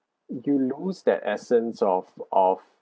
you lose that essence of of